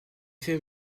fait